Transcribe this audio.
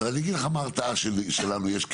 אז אני אגיד לך מה ההרתעה שיש לנו כוועדה,